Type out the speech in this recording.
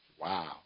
Wow